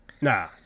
Nah